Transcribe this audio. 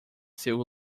seu